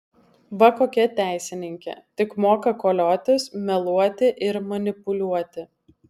va kokia teisininkė tik moka koliotis meluoti ir manipuliuoti